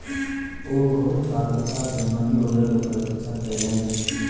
ओ बहुत आतुरता सॅ मनी आर्डर के प्रतीक्षा कयलैन